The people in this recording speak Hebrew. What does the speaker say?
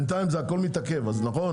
בינתיים הכול מתעכב, נכון?